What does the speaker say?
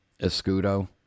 Escudo